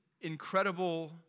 incredible